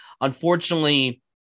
unfortunately